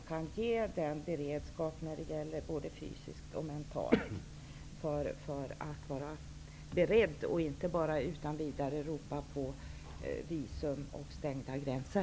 Därigenom kan man skapa både fysisk och mental beredskap i stället för att bara ropa efter visum och stängda gränser.